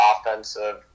offensive